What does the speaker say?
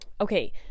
Okay